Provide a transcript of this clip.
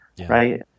right